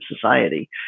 society